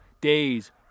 Days